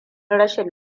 rashin